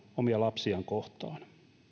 omia lapsiaan kohtaan